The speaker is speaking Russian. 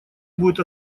будет